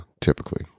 typically